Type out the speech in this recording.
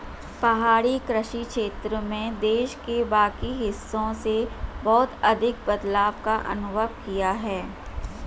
पहाड़ी कृषि क्षेत्र में देश के बाकी हिस्सों से बहुत अधिक बदलाव का अनुभव किया है